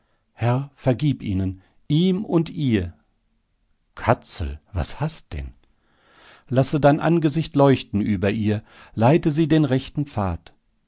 herr vergib ihnen ihm und ihr katzel was hast denn lasse dein gesicht leuchten über ihr leite sie den rechten pfad